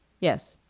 yes.